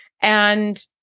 And-